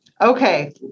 Okay